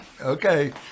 okay